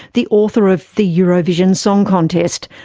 the author of the eurovision song contest.